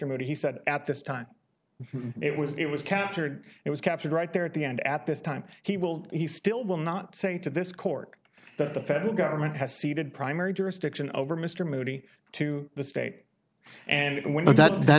moti he said at this time it was it was captured it was captured right there at the end at this time he will he still will not say to this court that the federal government has ceded primary jurisdiction over mr moody to the state and we know that that